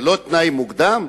זה לא תנאי מוקדם?